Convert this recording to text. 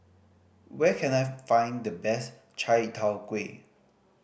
where can I find the best Chai Tow Kuay